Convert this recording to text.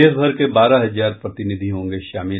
देश भर के बारह हजार प्रतिनिधि होंगे शामिल